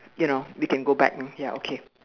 you know we can go back in ya okay